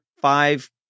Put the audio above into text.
five